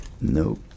Nope